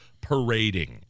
parading